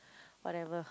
whatever